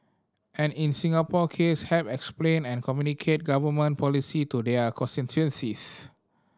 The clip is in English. and in Singapore case help explain and communicate Government policy to their constituencies